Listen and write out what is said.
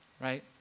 right